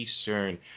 Eastern